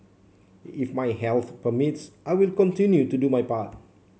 if my health permits I will continue to do my part